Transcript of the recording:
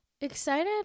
Excited